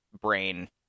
brain